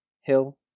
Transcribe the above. Hill